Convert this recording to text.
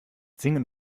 singen